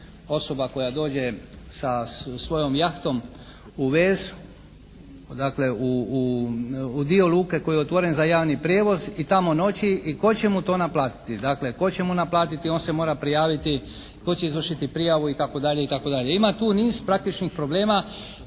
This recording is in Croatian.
osoba koja dođe sa svojom jahtom u vez, dakle u dio luke koji je otvoren za javni prijevoz i tamo noći, i tko će mu to naplatiti. Dakle, tko će mu naplatiti, on se mora prijaviti, tko će izvršiti prijavu itd. Ima tu niz praktičnih problema